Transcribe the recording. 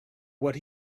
what